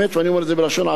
ואני אומר את זה בלשון עדינה,